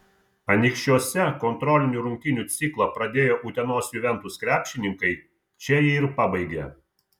anykščiuose kontrolinių rungtynių ciklą pradėję utenos juventus krepšininkai čia jį ir pabaigė